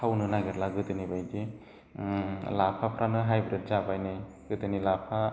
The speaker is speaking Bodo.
थावनो नागिरला गोदोनि बायदि लाफाफ्रानो हायब्रिद जाबाय नै गोदोनि लाफा